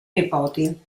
nipoti